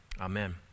Amen